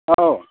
औ